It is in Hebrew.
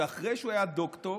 שאחרי שהוא היה דוקטור,